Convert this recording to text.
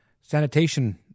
sanitation